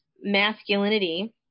masculinity